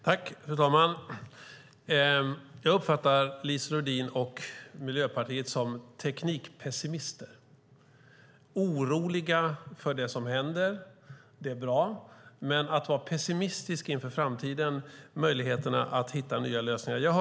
Fru talman! Jag uppfattar Lise Nordin och Miljöpartiet som teknikpessimister. Ni är oroliga för det som händer. Det är bra. Men att vara pessimistisk inför framtiden och möjligheterna att hitta nya lösningar är inte bra.